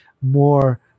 more